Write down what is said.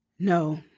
no,